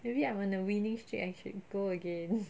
maybe I'm on winning streak I should go again